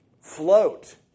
float